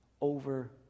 over